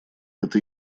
это